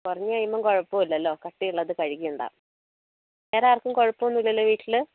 കുറഞ്ഞ കഴിയുമ്പം കുഴപ്പമില്ലലോ കട്ടിയുള്ളത് കഴിക്കണ്ട വേറെ ആർക്കും കുഴപ്പമില്ലലോ വീട്ടില്